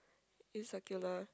is circular